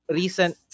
recent